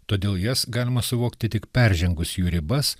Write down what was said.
todėl jas galima suvokti tik peržengus jų ribas